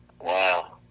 wow